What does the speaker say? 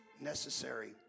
necessary